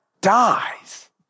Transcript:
dies